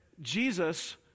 Jesus